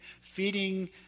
feeding